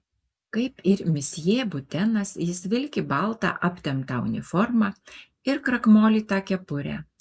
kaip ir misjė butenas jis vilki baltą aptemptą uniformą ir krakmolytą kepurę